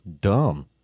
dumb